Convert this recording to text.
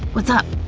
what's up?